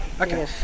Okay